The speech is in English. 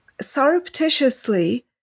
surreptitiously